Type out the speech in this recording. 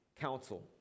council